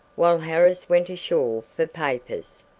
while harris went ashore for papers.